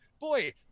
boy